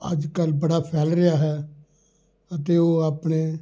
ਅੱਜ ਕੱਲ੍ਹ ਬੜਾ ਫੈਲ ਰਿਹਾ ਹੈ ਅਤੇ ਉਹ ਆਪਣੇ